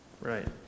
Right